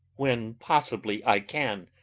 when possibly i can,